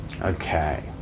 Okay